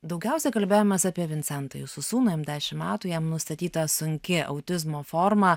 daugiausiai kalbėjomės apie vincentą jūsų sūnų jam dešim metų jam nustatyta sunki autizmo forma